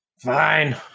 Fine